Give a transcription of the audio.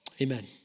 Amen